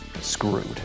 screwed